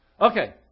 Okay